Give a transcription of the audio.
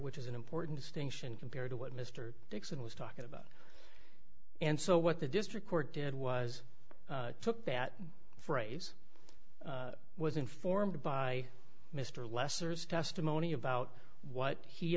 which is an important distinction compared to what mr dixon was talking about and so what the district court did was took that phrase was informed by mr lessers testimony about what he